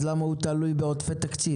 אז למה הוא תלוי בעודפי תקציב?